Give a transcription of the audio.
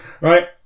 right